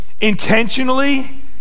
intentionally